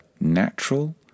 natural